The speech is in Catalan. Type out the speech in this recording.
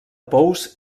pous